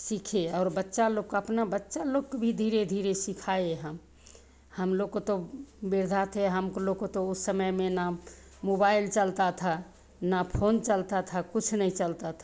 सीखे और बच्चा लोग को अपना बच्चा लोग को भी धीरे धीरे सिखाए हम हमलोग को तो वृद्धा थे हमलोग को तो उस समय में ना मोबाइल चलता था ना फ़ोन चलता था कुछ नहीं चलता था